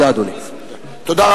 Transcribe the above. אדוני, תודה.